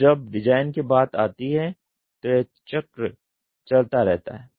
तो जब डिजाइन की बात आती है तो यह चक्र चलता रहता है